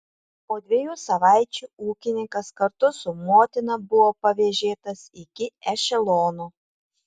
po dviejų savaičių ūkininkas kartu su motina buvo pavėžėtas iki ešelono